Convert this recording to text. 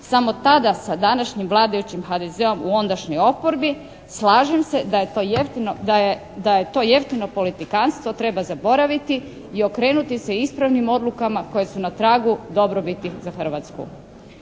samo tada sa današnjim vladajućim HDZ-om u ondašnjoj oporbi slažem se da je to jeftino, da je to jeftino politikanstvo treba zaboraviti i okrenuti se ispravnim odlukama koje su na tragu dobrobiti za Hrvatsku.